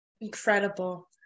Incredible